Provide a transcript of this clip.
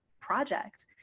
project